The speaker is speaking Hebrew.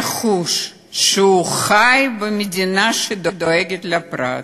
יחוש שהוא חי במדינה שדואגת לפרט,